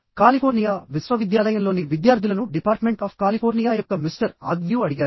California విశ్వవిద్యాలయంలోని విద్యార్థులను department of California యొక్క మిస్టర్ ఆగ్న్యూ అడిగారు